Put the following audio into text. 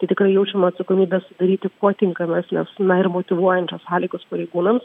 tai tikrai jaučiam atsakomybę sudaryti kuo tinkamesnes na ir motyvuojančias sąlygas pareigūnams